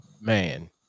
man